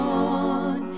on